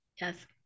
Yes